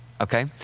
Okay